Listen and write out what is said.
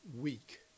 week